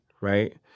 right